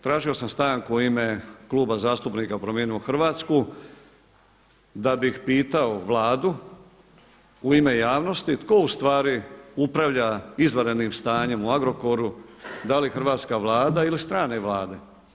Tražio sam stanku u ime Kluba zastupnika Promijenimo Hrvatsku da bih pitao Vladu u ime javnosti tko u stvari upravlja izvanrednim stanjem u Agrokoru, da li hrvatska Vlada ili strane Vlade.